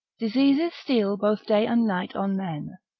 diseases steal both day and night on men,